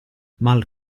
mal